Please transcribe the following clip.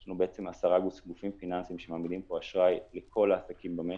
יש לנו עשרה גופים פיננסיים שמעמידים פה אשראי לכל העסקים במשק.